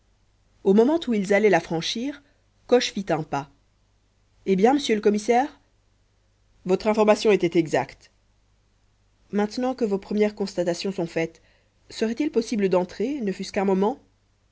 au moment où ils allaient la franchir coche fit un pas eh bien monsieur le commissaire votre information était exacte maintenant que vos premières constatations sont faites seraitil possible d'entrer ne fût-ce qu'un moment